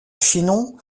chinon